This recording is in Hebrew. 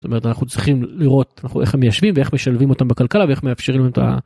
אנחנו צריכים לראות איך מיישבים ואיך משלבים אותם בכלכלה ואיך מאפשרים אותה.